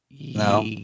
No